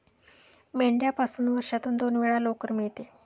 मेंढ्यापासून वर्षातून दोन वेळा लोकर मिळते